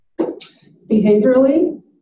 Behaviorally